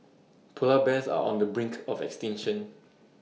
Polar Bears are on the brink of extinction